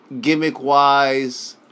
Gimmick-wise